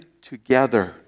together